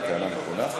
זו טענה נכונה?